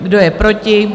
Kdo je proti?